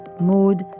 mood